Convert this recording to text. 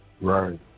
right